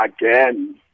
again